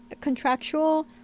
contractual